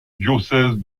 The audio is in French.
diocèse